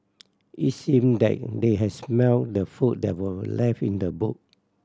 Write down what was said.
it seemed that they had smelt the food that were left in the boot